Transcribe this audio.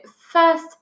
first